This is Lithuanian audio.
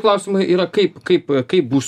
klausimai yra kaip kaip kaip bus